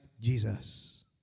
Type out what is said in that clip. Jesus